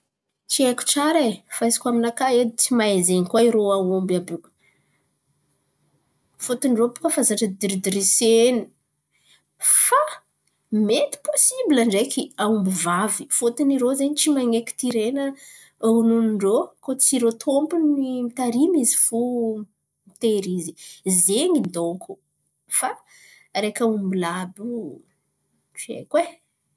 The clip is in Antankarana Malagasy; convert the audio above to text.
Tsy haiko tsara ai! Fa izy kô aminakà edy tsy mahay zen̈y koa irô aomby àby io. Fôton̈y irô bakà efa zatra diresdiresen̈a fa mety posibla ndraiky aomby vavy fôton̈y irô tsy maneky tirena nonon-drô koa tsy irô tômpon̈y mitarimy izy fo mitery izy. Zen̈y donko fa araiky aomby lahy àby io tsy haiko e.